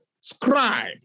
scribe